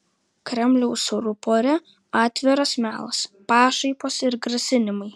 kremliaus rupore atviras melas pašaipos ir grasinimai